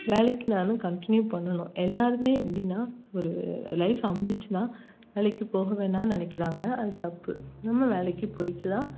வேலைக்கு நான் இன்னும் கண்டினியூவ் பண்ணணும் எல்லோருமே எப்படின்னா ஒரு லைஃபு அமைஞ்சிருச்சின்னா வேலைக்கு போக வேணான்னு நினைக்கிறாங்க அது தப்பு நம்ம வேலைக்கு போய்ட்டு தான்